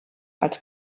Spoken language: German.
als